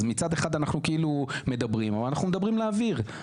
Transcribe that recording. אז אנחנו אמנם מדברים אבל אנחנו מדברים לאוויר.